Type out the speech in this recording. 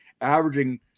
averaging